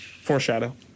Foreshadow